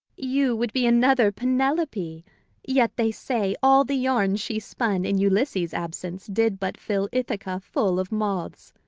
you would be another penelope yet they say all the yarn she spun in ulysses' absence did but fill ithaca full of moths.